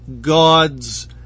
God's